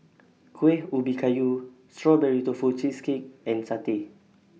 Kueh Ubi Kayu Strawberry Tofu Cheesecake and Satay